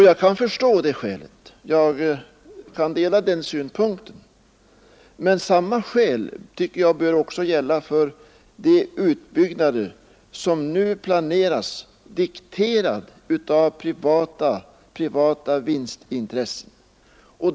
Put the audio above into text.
Jag kan förstå det skälet, och jag kan dela den synpunkten. Men samma skäl tycker jag bör gälla för de utbyggnader som nu planeras och som dikteras av privata vinstintressen.